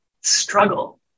struggle